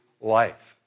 life